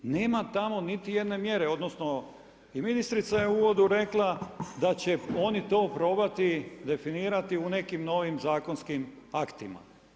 Nema tamo niti jedne mjere, odnosno i ministrica je u uvodu rekla da će oni to probati definirati u nekim novim zakonskim aktima.